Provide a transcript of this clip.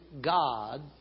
God